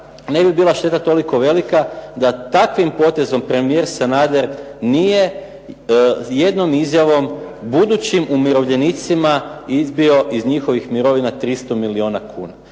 ne bi bila šteta toliko velika da takvim potezom premijer Sanader nije jednom izjavom budućim umirovljenicima izbio iz njihovih mirovina 300 milijuna kuna.